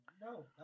No